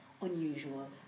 unusual